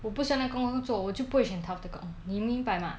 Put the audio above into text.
我不喜欢那个工作我就不会选 tough 的工你明白吗